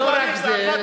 ולא רק זה,